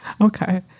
Okay